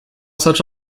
such